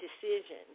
decision